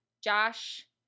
Josh